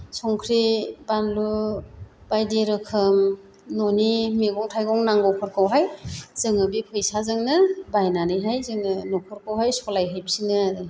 संख्रि बानलु बायदि रोखोम न'नि मैगं थाइगं नांगौफोरखौहाय जोङो बे फैसाजोंनो बायनानैहाय जोङो न'खरखौहाय सलायहैफिनो आरो